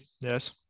yes